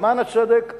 למען הצדק,